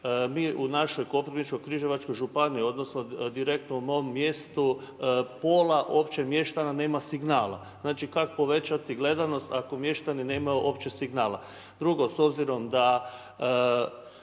Mi u našoj Koprivničko-križevačkoj županiji odnosno direktno u mom mjestu pola opće mještana nema signala. Znači kako povećati gledanost ako mještani nemaju opće signala? Drugo, s obzirom da